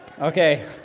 Okay